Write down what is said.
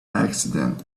accident